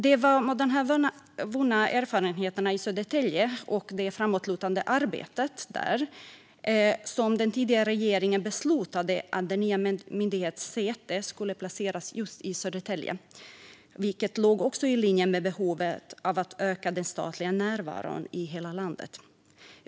Det var mot bakgrund av erfarenheterna från Södertälje och det framåtsyftande arbetet där som den tidigare regeringen beslutade att den nya myndighetens säte skulle placeras i Södertälje, vilket också låg i linje med behovet av att öka den statliga närvaron i hela landet.